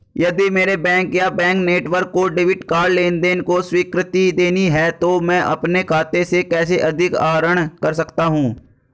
यदि मेरे बैंक या बैंक नेटवर्क को डेबिट कार्ड लेनदेन को स्वीकृति देनी है तो मैं अपने खाते से कैसे अधिक आहरण कर सकता हूँ?